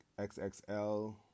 XXL